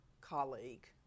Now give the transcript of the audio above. colleague